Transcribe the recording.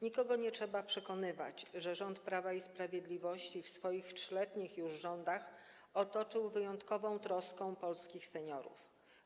Nikogo nie trzeba przekonywać, że rząd Prawa i Sprawiedliwości podczas swoich 3-letnich już rządów otoczył wyjątkową troską polskich seniorów.